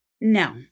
No